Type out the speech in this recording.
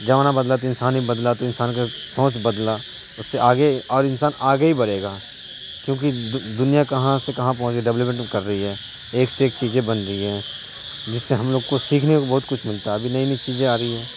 زمانہ بدلا تو انسان بھی بدلا تو انسان کا سوچ بدلا اس سے آگے اور انسان آگے ہی بڑھے گا کیونکہ دنیا کہاں سے کہاں پہنچ گئی ڈیولپمنٹ کر رہی ہے ایک سے ایک چیزیں بن رہی ہیں جس سے ہم لوگ کو سیکھنے کو بہت کچھ ملتا ابھی نئی نئی چیزیں آ گئی ہیں